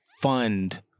fund